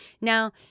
Now